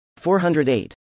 408